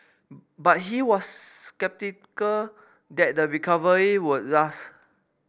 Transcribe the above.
but he was sceptical that the recovery would last